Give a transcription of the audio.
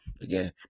again